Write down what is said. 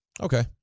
Okay